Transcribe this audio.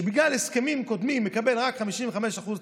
שבגלל הסכמים קודמים מקבל רק 55% תקציב,